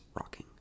rocking